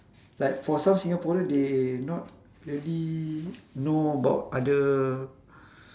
like for some singaporean they not really know about other